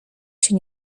się